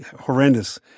horrendous